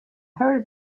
heard